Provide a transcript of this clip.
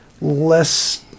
less